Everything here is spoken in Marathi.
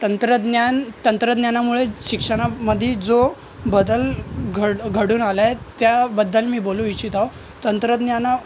तंत्रज्ञान तंत्रज्ञानामुळे शिक्षणामध्ये जो बदल घड घडून आला आहे त्याबद्दल मी बोलू इच्छितो तंत्रज्ञाना